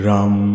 Ram